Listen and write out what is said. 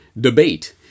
debate